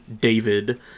David